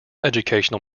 educational